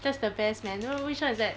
that's the best man wh~ wh~ which [one] is that